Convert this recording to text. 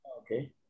Okay